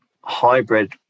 hybrid